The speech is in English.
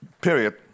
period